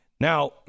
Now